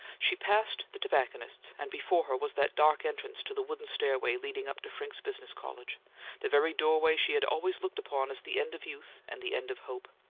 she passed the tobacconist's, and before her was that dark entrance to the wooden stairway leading up to frincke's business college the very doorway she had always looked upon as the end of youth and the end of hope.